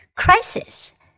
Crisis